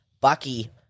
Bucky